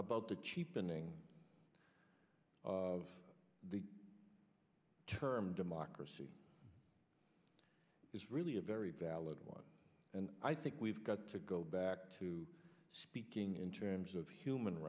about the cheapening of the term democracy is really a very valid one and i think we've got to go back to speaking in terms of human